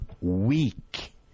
Weak